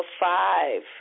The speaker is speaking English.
five